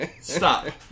Stop